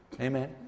amen